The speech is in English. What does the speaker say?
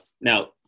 Now